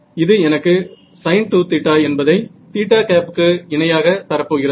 இது எனக்கு sin2 என்பதை க்கு இணையாக தரப்போகிறது